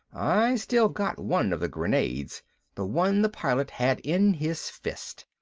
i still got one of the grenades the one the pilot had in his fist.